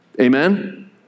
Amen